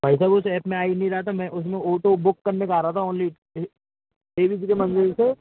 भाई साहब उस ऐप में आई नहीं रहा था मैं उसमें ओटो बुक करने जा रहा था ऑनली देवी जी के मंदिर से